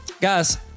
guys